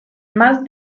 más